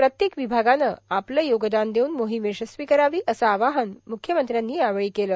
प्रत्येक विभागाने आपले योगदान देऊन मोहीम यशस्वी करावी असे आवाहन म्ख्यमंत्र्यांनी यावेळी केले